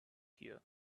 here